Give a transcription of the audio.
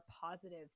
positive